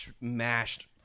mashed